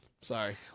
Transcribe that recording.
Sorry